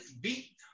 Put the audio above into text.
beat